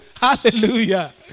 Hallelujah